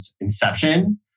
inception